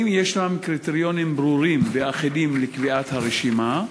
האם יש קריטריונים ברורים ואחידים לקביעת הרשימה?